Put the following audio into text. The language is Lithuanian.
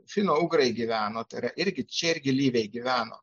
finougrai gyveno tai yra irgi čia irgi lyviai gyveno